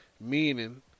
Meaning